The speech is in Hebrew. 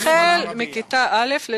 החל מכיתה א' נא לסיים.